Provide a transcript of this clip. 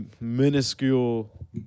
minuscule